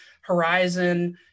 horizon